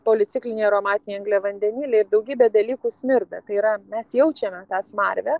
policikliniai aromatiniai angliavandeniliai daugybė dalykų smirda tai yra mes jaučiame tą smarvę